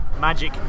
magic